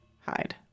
hide